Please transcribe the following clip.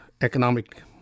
economic